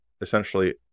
essentially